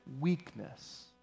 weakness